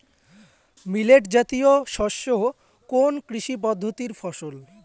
Millet জাতীয় শস্য কোন কৃষি পদ্ধতির ফসল?